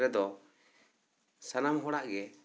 ᱨᱮᱫᱚ ᱥᱟᱱᱟᱢ ᱦᱚᱲᱟᱜ ᱜᱮ